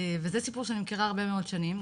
וזה סיפור שאני מכירה הרבה מאוד שנים,